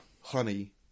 Honey